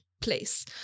place